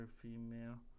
female